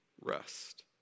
rest